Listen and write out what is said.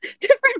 different